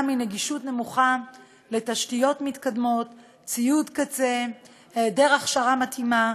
מנגישות נמוכה לתשתיות מתקדמות וציוד קצה והיעדר הכשרה מתאימה,